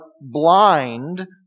blind